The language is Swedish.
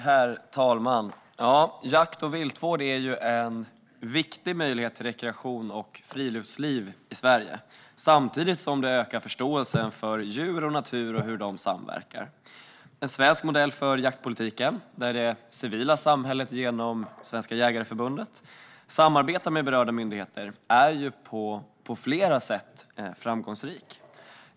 Herr talman! Jakt och viltvård är en viktig möjlighet till rekreation och friluftsliv i Sverige, samtidigt som det ökar förståelsen för djur och natur och hur de samverkar. En svensk modell för jaktpolitiken, där det civila samhället genom Svenska Jägareförbundet samarbetar med berörda myndigheter, är på flera sätt framgångsrik.